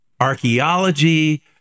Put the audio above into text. archaeology